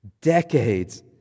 decades